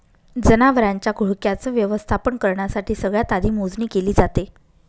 जनावरांच्या घोळक्याच व्यवस्थापन करण्यासाठी सगळ्यात आधी मोजणी केली जाते